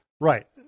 Right